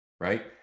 right